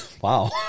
Wow